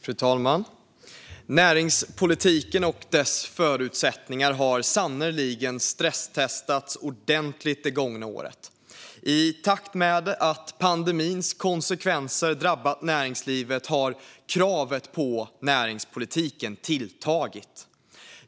Fru talman! Näringspolitiken och dess förutsättningar har sannerligen stresstestats ordentligt det gångna året. I takt med att pandemins konsekvenser drabbat näringslivet har kravet på näringspolitiken tilltagit.